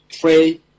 pray